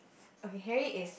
okay Harry is